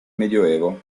medioevo